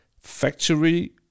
factory